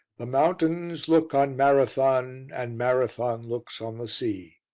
the mountains look on marathon and marathon looks on the sea.